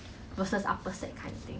then after that err